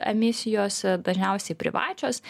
emisijos dažniausiai privačios